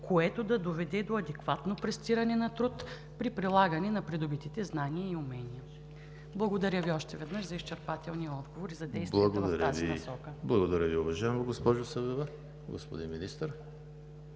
което да доведе до адекватно престиране на труд при прилагане на придобитите знания и умения. Благодаря Ви още веднъж за изчерпателния отговор и за действията в тази насока. ПРЕДСЕДАТЕЛ ЕМИЛ ХРИСТОВ: Благодаря Ви, уважаема госпожо Събева. Господин Министър,